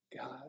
God